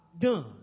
done